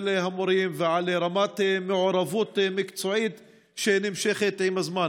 המורים ועל רמת מעורבות מקצועית שנמשכת עם הזמן.